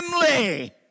family